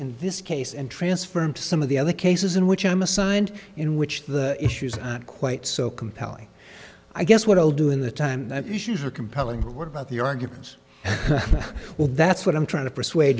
in this case and transfer me to some of the other cases in which i'm assigned in which the issues aren't quite so compelling i guess what i'll do in the time that issues are compelling what about the arguments well that's what i'm trying to persuade